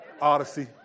Odyssey